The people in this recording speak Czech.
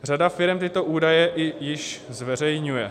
Řada firem tyto údaje již zveřejňuje.